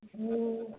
हँ